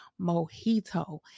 Mojito